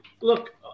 look